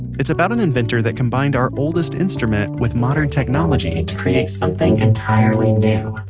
it's about an inventor that combined our oldest instrument with modern technology to create something entirely new.